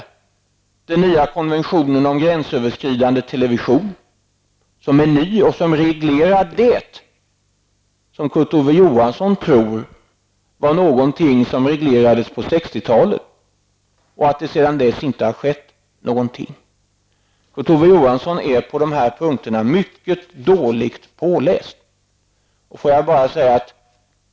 Det finns en ny konvention om gränsöverskridande television, som reglerar det som Kurt Ove Johansson tror reglerades på 60-talet. Han tror också att det inte har hänt något sedan dess. Kurt Ove Johansson är mycket dåligt påläst på dessa punkter.